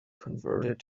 converted